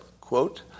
Quote